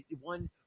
one